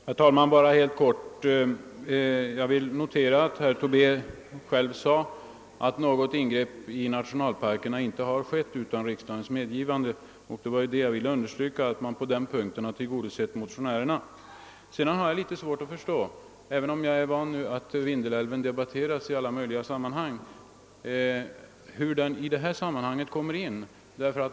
Herr talman! Jag vill bara helt kort notera att herr Tobé själv sade att något ingrepp i nationalparkerna inte har företagits utan riksdagens medgivande. Vad jag ville understryka var just att motionärernas önskemål på den punkten har tillgodosetts. Sedan har jag emellertid litet svårt att förstå — även om jag är van vid att Vindelälven debatteras i alla möjliga sammanhang — hur Vindelälven i detta sammanhang kan komma in.